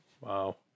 Wow